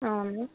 అవును